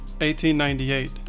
1898